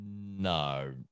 No